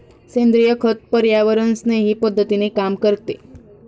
सेंद्रिय खत पर्यावरणस्नेही पद्धतीने काम करते